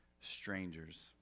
strangers